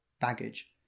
baggage